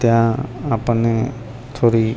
ત્યાં આપણને થોડી